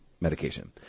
medication